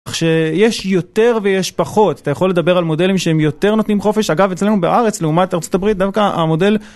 כשיש יותר ויש פחות אתה יכול לדבר על מודלים שהם יותר נותנים חופש, אגב אצלנו בארץ לעומת ארה״ב דווקא המודל...